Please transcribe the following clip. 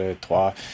trois